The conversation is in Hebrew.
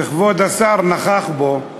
וכבוד השר נכח בו,